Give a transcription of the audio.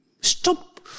Stop